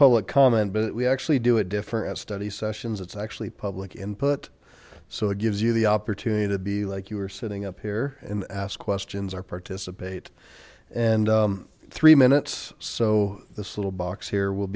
public comment but we actually do it different at study sessions it's actually public input so it gives you the opportunity to be like you were sitting up here and ask questions or participate and three minutes so this little box here will